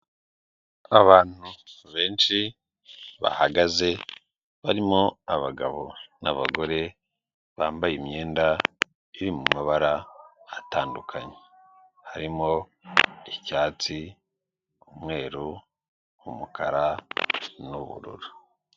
Abantu benshi bahagaze barimo abagabo n'abagore, bambaye imyenda iri mu mabara atandukanye. Harimo icyatsi, umweru, umukara n'ubururu.